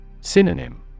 Synonym